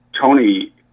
Tony